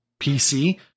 PC